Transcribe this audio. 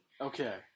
Okay